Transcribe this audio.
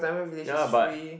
ya but